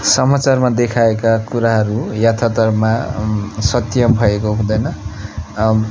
समाचारमा देखाएका कुराहरू यथार्थमा सत्य भएको हुँदैन